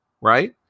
right